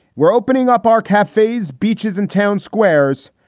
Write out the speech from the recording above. we're opening up our cafes, beaches and town squares.